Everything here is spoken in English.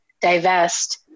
divest